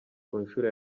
kunshuro